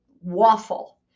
waffle